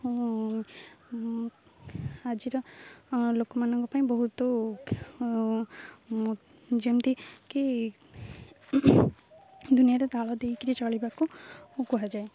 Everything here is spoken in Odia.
ଆଜିର ଲୋକମାନଙ୍କ ପାଇଁ ବହୁତ ଯେମିତି କି ଦୁନିଆରେ ତାଳ ଦେଇକିର ଚଳିବାକୁ କୁହାଯାଏ